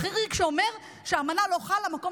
חריג שאומר שהאמנה לא חלה על מקום